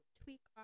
tweak